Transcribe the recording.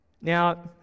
Now